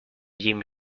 jim